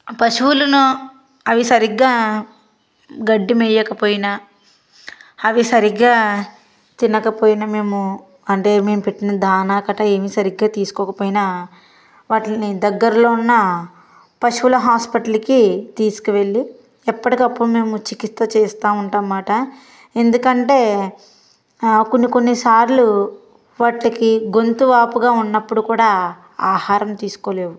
పశువులను అవి సరిగ్గా గడ్డిమేయకపోయినా అవి సరిగ్గా తినకపోయిన మేము అంటే మేము పెట్టిన దానకట్ట ఏమి సరిగ్గా తీసుకోకపోయినా వాటిని దగ్గరలో ఉన్న పశువుల హాస్పిటల్కి తీసుకువెళ్లి ఎప్పటికప్పుడు మేము చికిత్స చేస్తూ ఉంటా మాట ఎందుకంటే కొన్ని కొన్ని సార్లు వాటికి గొంతు వాపుగా ఉన్నప్పుడు కూడా ఆహారం తీసుకోలేవు